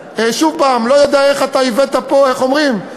שוב, אני לא יודע איך הבאת פה, איך אומרים?